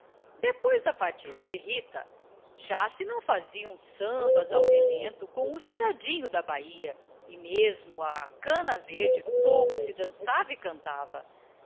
depois da partida de rita já se não faziam sambas ao relento com o choradinho da bahia e mesmo a cana vêde pouco se dançava e cantava